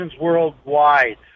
worldwide